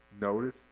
notice